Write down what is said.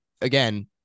again